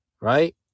right